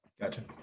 Gotcha